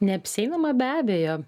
neapsieinama be abejo